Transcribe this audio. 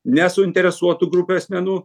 ne suinteresuotų grupių asmenų